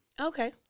Okay